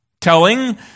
telling